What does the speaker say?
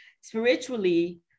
spiritually